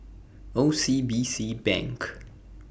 O C B C Bank